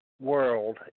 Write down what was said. World